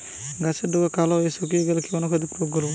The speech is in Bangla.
গাছের ডগা কালো হয়ে শুকিয়ে গেলে কি অনুখাদ্য প্রয়োগ করব?